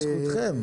בזכותכם.